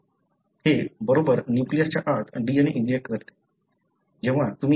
हे बरोबर न्यूक्लियसच्या आत DNA इंजेक्ट करते